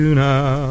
now